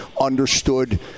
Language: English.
understood